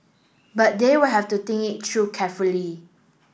but they will have to think it true carefully